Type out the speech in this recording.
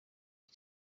iki